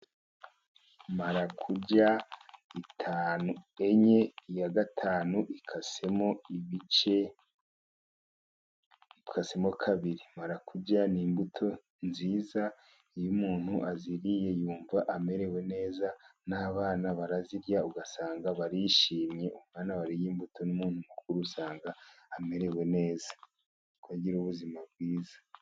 Marakuja eshanu, enye, iya gatanu ikasemo ibice, ikasemo kabiri Marakuja ni imbuto nziza iyo umuntu aziriye yumva amerewe neza, n'abana barazirya ugasanga barishimye. Umwana wariye imbuto n'umuntu mukuru usanga amerewe neza, kuko agira ubuzima bwiza.